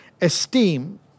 esteem